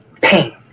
Pain